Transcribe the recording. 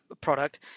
product